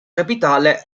capitale